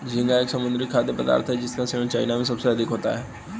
झींगा एक समुद्री खाद्य पदार्थ है जिसका सेवन चाइना में सबसे अधिक होता है